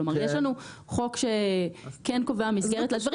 כלומר, יש לנו חוק שכן קובע מסגרת לדברים.